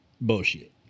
Bullshit